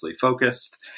focused